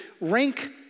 rank